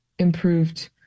improved